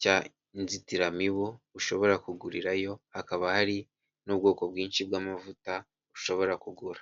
cy'inzitiramibu, ushobora kugurirayo, hakaba hari n'ubwoko bwinshi bw'amavuta ushobora kugura.